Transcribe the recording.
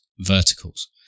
verticals